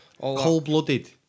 cold-blooded